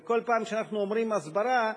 כל פעם שאנחנו אומרים "הסברה",